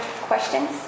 questions